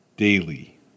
Daily